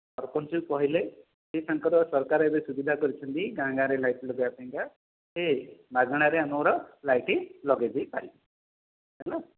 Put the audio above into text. ସରପଞ୍ଚଙ୍କୁ କହିଲେ ସେ ତାଙ୍କର ସରକାର ଏବେ ସୁବିଧା କରିଛନ୍ତି ଗାଁ ଗାଁରେ ଲାଇଟ୍ ଲଗାଇବା ପାଇଁକା ସେ ମାଗଣାରେ ଆମର ଲାଇଟ୍ ଲଗେଇ ଦେଇପାରିବେ ହେଲା